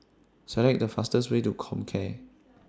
Select The fastest Way to Comcare